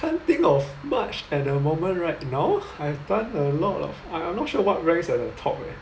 can't think of much at the moment right now I've done a lot of I I'm not sure what ranks at the top leh